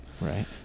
Right